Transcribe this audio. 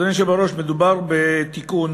אדוני היושב-ראש, מדובר בתיקון